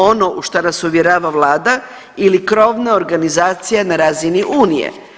Ono u šta nas uvjerava Vlada ili krovna organizacija na razini Unije?